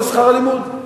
זה שכר הלימוד.